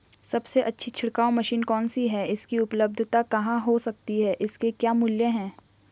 सबसे अच्छी छिड़काव मशीन कौन सी है इसकी उपलधता कहाँ हो सकती है इसके क्या मूल्य हैं?